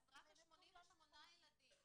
אז רק ה-88 ילדים,